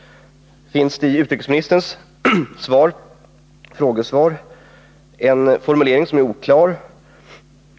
I utrikesministerns frågesvar finns en oklar formulering.